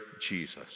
Jesus